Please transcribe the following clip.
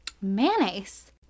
mayonnaise